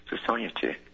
society